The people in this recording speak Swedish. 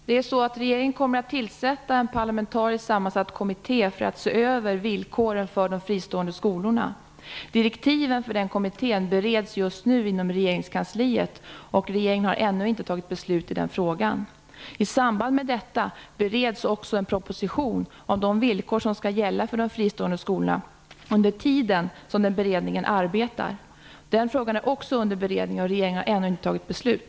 Herr talman! Regeringen kommer att tillsätta en parlamentariskt sammansatt kommitté för att se över villkoren för de fristående skolorna. Direktiven för den kommittén bereds just nu inom regeringskansliet. Regeringen har alltså ännu inte fattat beslut i den frågan. I samband med detta bereds också en proposition om de villkor som skall gälla för de fristående skolorna under tiden som kommittén arbetar. Den frågan är också under beredning, och regeringen har ännu inte fattat beslut.